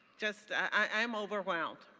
just i'm overwhelmed.